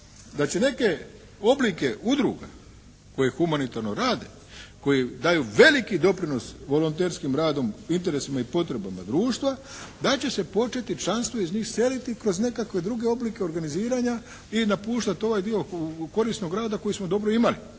da će neke oblike udruga koje humanitarno rade, koji daju veliki doprinos volonterskim radom interesima i potrebama društva da će se početi članstvo iz njih seliti kroz nekakve druge oblike organiziranja i napuštati ovaj dio korisnog rada koji smo dobro imali,